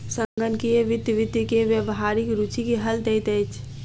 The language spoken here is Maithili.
संगणकीय वित्त वित्त के व्यावहारिक रूचि के हल दैत अछि